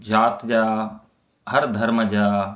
जात जा हर धर्म जा